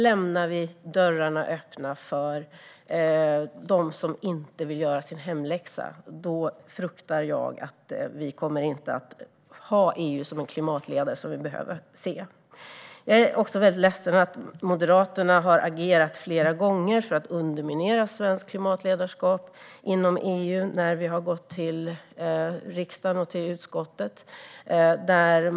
Lämnar vi dörrarna öppna för dem som inte vill göra sin hemläxa fruktar jag nämligen att vi inte kommer att ha EU som den klimatledare vi behöver se. Jag är också ledsen att Moderaterna flera gånger har agerat för att underminera svenskt kliamatledarskap inom EU när vi har gått till riksdagen och utskottet.